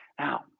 Now